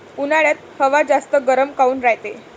उन्हाळ्यात हवा जास्त गरम काऊन रायते?